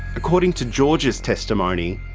according to george's testimony,